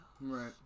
right